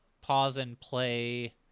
pause-and-play